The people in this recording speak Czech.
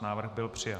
Návrh byl přijat.